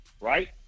Right